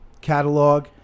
catalog